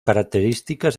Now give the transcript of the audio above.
características